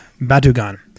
Batugan